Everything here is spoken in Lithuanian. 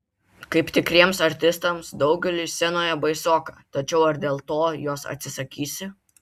kaip tikriems artistams daugeliui scenoje baisoka tačiau ar dėl to jos atsisakysi